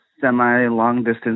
semi-long-distance